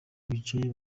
bicaye